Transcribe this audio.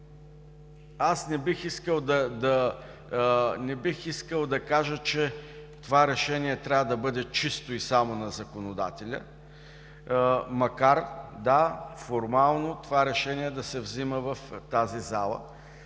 Аз не бих искал да кажа, че това решение трябва да бъде чисто и само на законодателя, макар и да, формално това решение да се взема в тази зала.